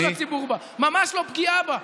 החזרת האמון של הציבור בה, ממש לא פגיעה בה,